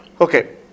Okay